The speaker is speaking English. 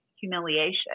humiliation